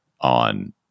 on